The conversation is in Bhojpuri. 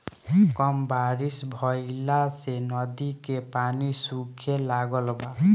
कम बारिश भईला से नदी के पानी सूखे लागल बा